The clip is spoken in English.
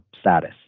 status